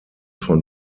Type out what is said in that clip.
von